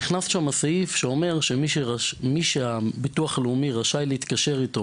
נכנס שם סעיף שאומר שמי שהביטוח הלאומי רשאי להתקשר איתו